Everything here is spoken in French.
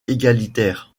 égalitaire